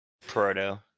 proto